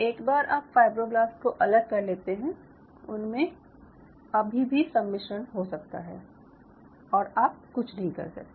एक बार आप फायब्रोब्लास्ट को अलग कर लेते हैं उनमे अभी भी सम्मिश्रण हो सकता है और आप कुछ नहीं कर सकते